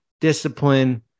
discipline